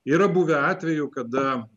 yra buvę atvejų kada